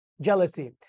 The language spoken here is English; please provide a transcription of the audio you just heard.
jealousy